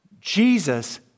Jesus